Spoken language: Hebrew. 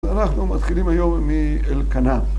אנחנו מתחילים היום מאלקנה.